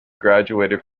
graduated